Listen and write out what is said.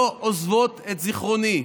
לא עוזבות את זיכרוני.